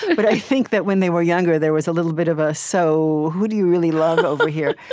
but i think that when they were younger, there was a little bit of a so who do you really love over here?